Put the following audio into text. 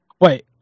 Wait